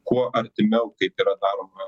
kuo artimiau kaip yra daroma